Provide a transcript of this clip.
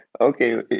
Okay